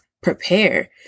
prepare